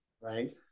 right